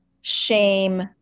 shame